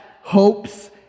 hopes